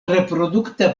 reprodukta